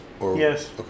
Yes